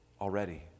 already